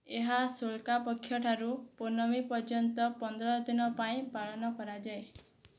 ଏହା ଶୁକ୍ଳ ପକ୍ଷ ଠାରୁ ପୂର୍ଣ୍ଣମୀ ପର୍ଯ୍ୟନ୍ତ ପନ୍ଦର ଦିନ ପାଇଁ ପାଳନ କରାଯାଏ